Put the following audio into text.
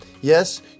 Yes